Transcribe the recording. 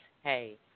hey